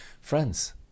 friends